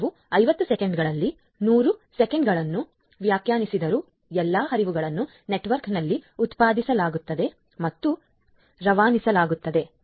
ಆದ್ದರಿಂದ ನಾವು 50 ಸೆಕೆಂಡುಗಳಲ್ಲಿ 100 ಸೆಕೆಂಡುಗಳನ್ನು ವ್ಯಾಖ್ಯಾನಿಸಿದ್ದರೂ ಎಲ್ಲಾ ಹರಿವುಗಳನ್ನು ನೆಟ್ವರ್ಕ್ನಲ್ಲಿ ಉತ್ಪಾದಿಸಲಾಗುತ್ತದೆ ಮತ್ತು ರವಾನಿಸಲಾಗುತ್ತದೆ